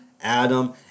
Adam